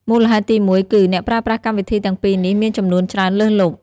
មូលហេតុទីមួយគឺ អ្នកប្រើប្រាស់កម្មវិធីទាំងពីរនេះមានចំនួនច្រើនលើសលប់។